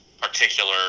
particular